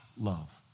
Love